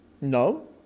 No